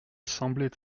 semblait